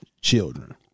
children